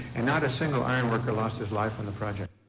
and not a single iron worker lost his life in the project.